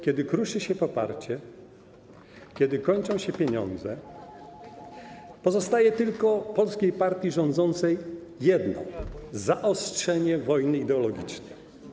Kiedy kruszy się poparcie, kiedy kończą się pieniądze, pozostaje polskiej partii rządzącej tylko jedno: zaostrzenie wojny ideologicznej.